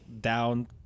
down